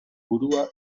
burua